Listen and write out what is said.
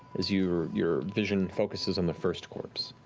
as your your vision focuses on the first corpse,